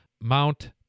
Mount